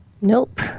Nope